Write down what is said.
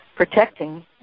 protecting